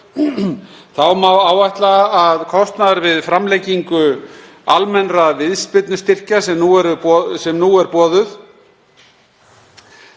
Þá má ætla að kostnaður við framlengingu almennra viðspyrnustyrkja sem nú er boðuð